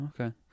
okay